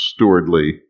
stewardly